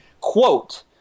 quote